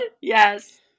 Yes